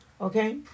Okay